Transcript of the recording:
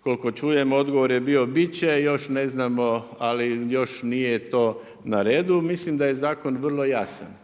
koliko čujem, odgovor je bio bit će, još ne znamo ali još nije to na redu. Mislim da je zakon vrlo jasan.